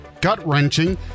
gut-wrenching